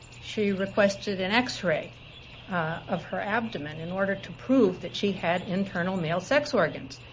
she requested an x-ray of her abdomen in order to prove that she had internal male sex organs.